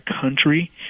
country